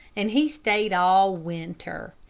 and he stayed all winter.